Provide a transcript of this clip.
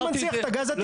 אתה מנציח את הגז הטבעי.